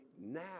now